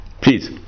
Please